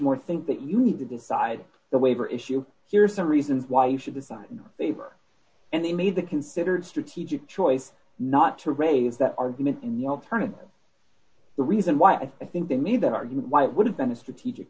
more think that you need to decide the waiver issue here's some reasons why you should design paper and they made the considered strategic choice not to raise that argument in the alternative the reason why i think they made that argument why it would have been a strategic